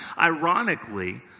Ironically